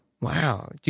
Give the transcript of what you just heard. Wow